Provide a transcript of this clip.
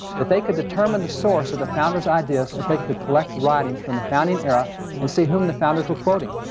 that they could determine the source of the founders' ideas if they could collect writings from the founding era and see whom the founders were quoting.